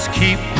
keep